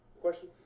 Question